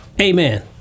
Amen